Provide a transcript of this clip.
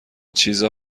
چیزا